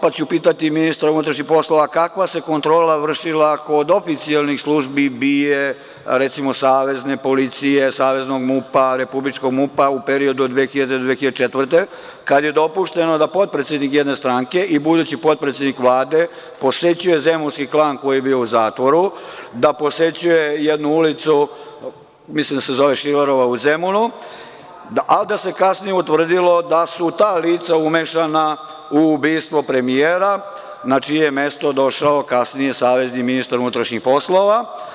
Pa ću pitati ministra unutrašnjih poslova - kakva se kontrola vršila kod oficijalnih službi BIA, recimo Savezne policije, Saveznog MUP-a, Republičkog MUP-a u periodu od 2000. do 2004. godine kada je dopušteno da potpredsednik jedne stranke i budući potpredsednik Vlade posećuje zemunski klan koji je bio u zatvoru, da posećuje jednu ulicu, mislim da se zove Šilerova u Zemunu, a da se kasnije utvrdilo da su ta lica umešana u ubistvo premijera na čije je mesto došao kasnije savezni ministar unutrašnjih poslova?